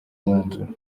mwanzuro